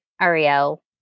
Ariel